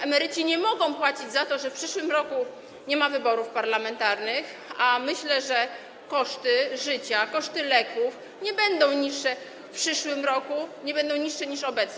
Emeryci nie mogą płacić za to, że w przyszłym roku nie ma wyborów parlamentarnych, a myślę, że koszty życia, koszty leków nie będą niższe w przyszłym roku, nie będą niższe niż obecnie.